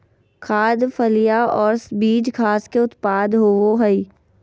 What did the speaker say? खाद्य, फलियां और बीज घास के उत्पाद होबो हइ